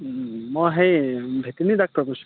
মই হেৰি ভেটেনেৰী ডাক্টৰে কৈছোঁ